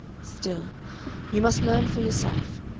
still you must learn for yourself.